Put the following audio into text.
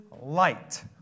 light